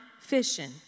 fishing